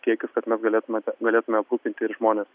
kiekius kad mes galėtumėte galėtume aprūpinti ir žmones